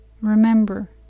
Remember